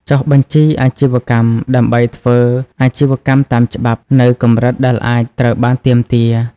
ចុះបញ្ជីអាជីវកម្ម ដើម្បីធ្វើអាជីវកម្មតាមច្បាប់ នៅកម្រិតដែលអាចត្រូវបានទាមទារ។